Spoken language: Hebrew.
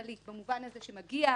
במובן הזה שמגיע